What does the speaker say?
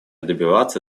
добиваться